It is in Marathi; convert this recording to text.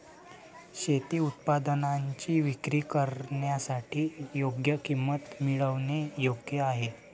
शेती उत्पादनांची विक्री करण्यासाठी योग्य किंमत मिळवणे योग्य आहे